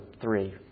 three